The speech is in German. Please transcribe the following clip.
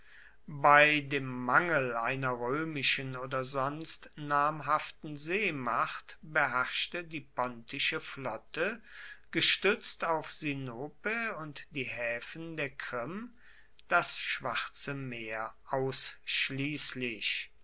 bei dem mangel einer römischen oder sonst namhaften seemacht beherrschte die pontische flotte gestützt auf sinope und die häfen der krim das schwarze meer ausschließlich